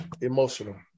emotional